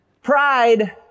Pride